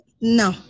No